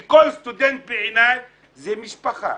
כי כל סטודנט בעיניי זה משפחה,